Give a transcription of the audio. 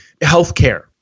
healthcare